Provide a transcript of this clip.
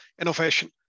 innovation